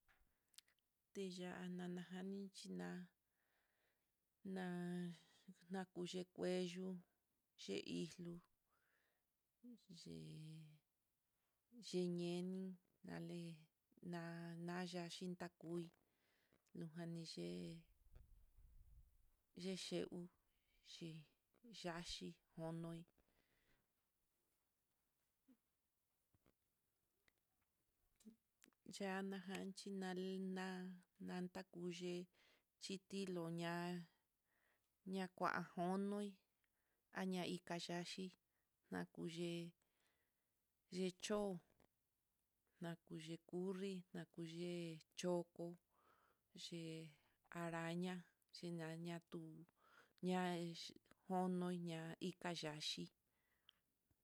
Teya'a nana jani xhina ná nakuxhi kuello teixlo, yee yinenion nale na naya xhitakui, lujan ni x e c xhi yaxhi nonoi, yana janxhi yanilá lanta kuyii xhitilo ña'a, ña kua jonoi aña inka yaxhi kuyee yechó, nakuyii kurri nakuye choko, ye'e araña xhiñana tu ñax konoi ña inka yaxhii.